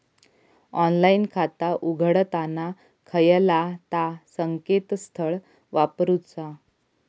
Online खाता उघडताना खयला ता संकेतस्थळ वापरूचा?